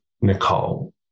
Nicole